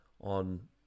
on